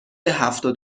هفتاد